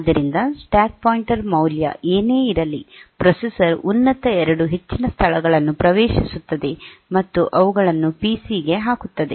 ಆದ್ದರಿಂದ stack pointer ಮೌಲ್ಯ ಏನೇ ಇರಲಿ ಪ್ರೊಸೆಸರ್ ಉನ್ನತ 2 ಹೆಚ್ಚಿನ ಸ್ಥಳಗಳನ್ನು ಪ್ರವೇಶಿಸುತ್ತದೆ ಮತ್ತು ಅವುಗಳನ್ನು ಪಿಸಿ ಗೆ ಹಾಕುತ್ತದೆ